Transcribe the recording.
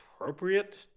appropriate